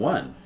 One